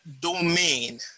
domain